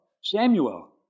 Samuel